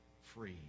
free